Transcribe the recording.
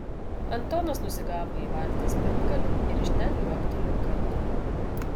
antonas nusigavo į valties pirmgalį ir iš ten liuoktelėjo krantan